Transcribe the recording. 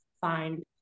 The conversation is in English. find